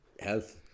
health